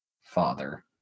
Father